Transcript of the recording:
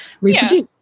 reproduce